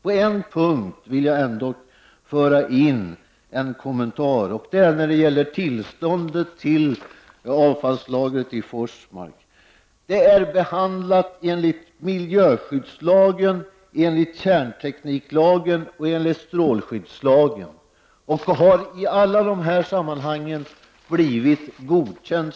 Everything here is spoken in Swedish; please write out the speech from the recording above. På en punkt vill jag ändå göra en kommentar, nämligen när det gäller tillståndet till avfallslagret i Forsmark. Det har behandlats enligt miljöskyddslagen, enligt kärntekniklagen och enligt strålskyddslagen, och verksamheten där har i alla dessa prövningar blivit godkänd.